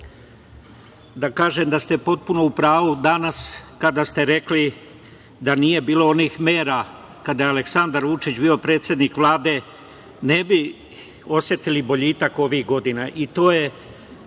da kažem da ste potpuno u pravu danas kada ste rekli da nije bilo onih mera kada je Aleksandar Vučić bio predsednik Vlade, ne bi osetili boljitak ovih godina